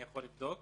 אני יכול לבדוק.